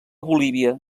bolívia